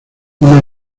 una